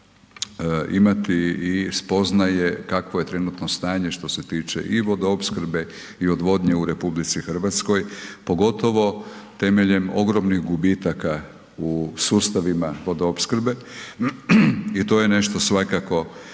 imati i spoznaje kakvo je trenutno stanje što se tiče i vodoopskrbe i odvodnje u RH, pogotovo temeljem ogromnih gubitaka u sustavima vodoopskrbe. I to je nešto svakako